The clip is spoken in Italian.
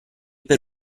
per